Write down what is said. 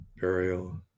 burial